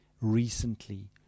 recently